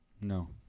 No